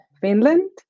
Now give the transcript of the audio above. Finland